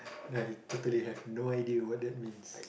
I totally have no idea what that means